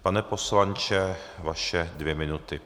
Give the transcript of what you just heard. Pane poslanče, vaše dvě minuty.